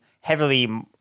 heavily